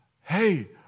hey